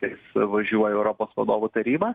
jis važiuoja į europos vadovų tarybą